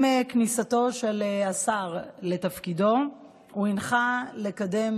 עם כניסתו של השר לתפקידו הוא הנחה לקדם